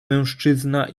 mężczyzna